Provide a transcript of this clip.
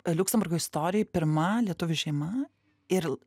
liuksemburgo istorijoj pirma lietuvių šeima ir